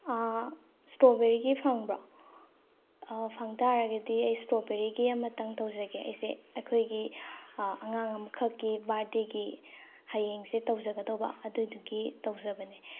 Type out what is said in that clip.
ꯏꯁꯇ꯭ꯔꯣꯕꯦꯔꯤꯒꯤ ꯐꯪꯕ꯭ꯔꯣ ꯐꯪ ꯇꯥꯔꯒꯗꯤ ꯑꯩ ꯏꯁꯇ꯭ꯔꯣꯕꯦꯔꯤꯒꯤ ꯑꯃꯇꯪ ꯇꯧꯖꯒꯦ ꯑꯩꯁꯦ ꯑꯩꯈꯣꯏꯒꯤ ꯑꯉꯥꯡ ꯑꯃꯈꯛꯀꯤ ꯕꯥꯔꯗꯦꯒꯤ ꯍꯌꯦꯡꯁꯦ ꯇꯧꯖꯒꯗꯧꯕ ꯑꯗꯨꯗꯨꯒꯤ ꯇꯧꯖꯕꯅꯦ